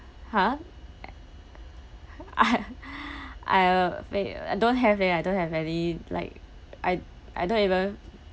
!huh! I I uh pla~ don't have leh I don't have any like I I don't even